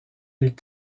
des